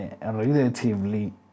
relatively